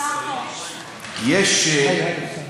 אין לך חברי כנסת,